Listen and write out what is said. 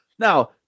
Now